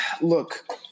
look